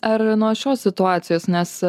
ar nuo šios situacijos nes